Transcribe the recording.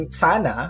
sana